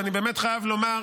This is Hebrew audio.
ואני באמת חייב לומר,